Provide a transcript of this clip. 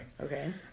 Okay